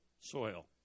soil